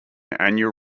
annual